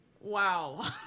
Wow